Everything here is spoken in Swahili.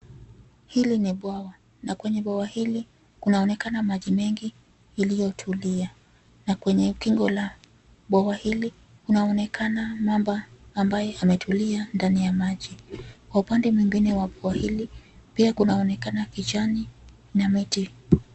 Hili ni bwawa, na kwenye bwawa hili, kunaonekana maji mengi, iliyotulia. Na kwenye ukingo la bwawa hili, unaonekana mamba ambaye ametulia ndani ya maji. Kwa upande mwingine wa bwawa hili, pia kunaonekana kijani, na miti.